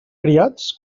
criats